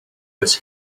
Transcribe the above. was